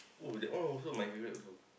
oh that one also my favorite also